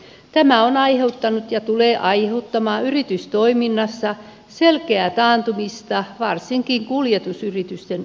tämä on aiheuttanut ja tulee aiheuttamaan yritystoiminnassa selkeää taantumista varsinkin kuljetusyritysten osalta